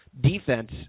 defense